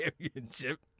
Championship